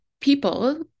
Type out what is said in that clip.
people